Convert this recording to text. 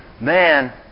Man